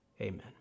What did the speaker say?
Amen